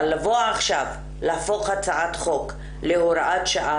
אבל לבוא עכשיו ולהפוך הצעת חוק להוראת שעה,